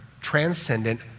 transcendent